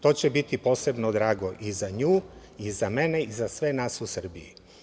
To će biti posebno drago i za nju i za mene i za sve nas u Srbiji.